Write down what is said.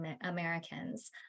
Americans